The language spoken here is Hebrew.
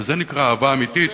וזה נקרא אהבה אמיתית.